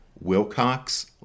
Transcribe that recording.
Wilcox